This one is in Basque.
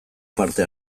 parte